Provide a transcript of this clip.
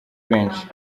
benshi